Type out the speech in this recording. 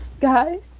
guys